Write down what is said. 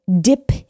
dip